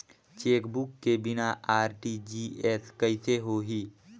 Chequebook के बिना RTGS कइसे होही?